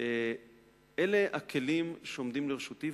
אלה הכלים שעומדים לרשותי,